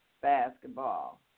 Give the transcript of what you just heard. basketball